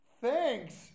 Thanks